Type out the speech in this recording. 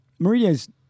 Mourinho's